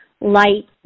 light